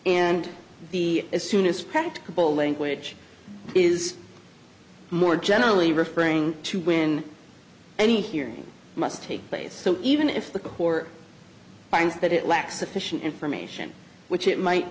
and the as soon as practicable language is more generally referring to when any here must take place even if the court finds that it lacks sufficient information which it might